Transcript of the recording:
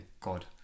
god